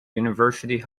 university